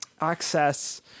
access